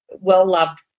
well-loved